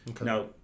Now